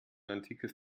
antikes